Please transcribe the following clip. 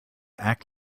act